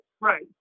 Right